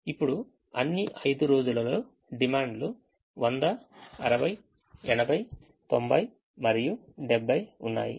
ఇప్పుడు అన్ని 5 రోజులలో డిమాండ్లు 100 60 80 90 మరియు 70 ఉన్నాయి